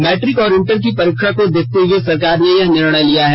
matric और inter की परीक्षा को देखते हुए सरकार ने यह निर्णय लिया है